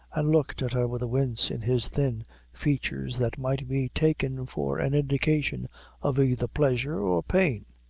and looked at her with a wince in his thin features that might be taken for an indication of either pleasure or pain.